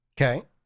Okay